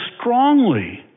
strongly